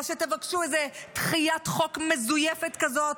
או שתבקשו איזו דחיית חוק מזויפת כזאת